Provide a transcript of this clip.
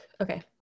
Okay